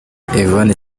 yvonne